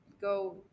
go